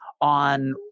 on